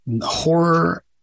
Horror